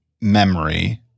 memory